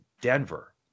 Denver